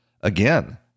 again